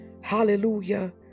Hallelujah